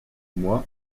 moi